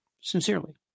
sincerely